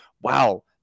wow